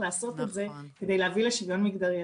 לעשות את זה על מנת להביא לשוויון מגדרי..".